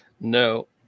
no